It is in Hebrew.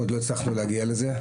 אנחנו עוד לא הצלחנו להגיע לזה,